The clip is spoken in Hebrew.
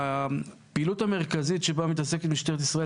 הפעילות המרכזית שבה מתעסקת משטרת ישראל